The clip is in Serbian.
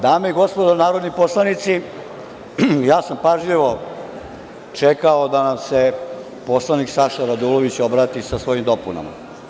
Dame i gospodo narodni poslanici, ja sam pažljivo čekao da nam se poslanik Saša Radulović obrati sa svojim dopunama.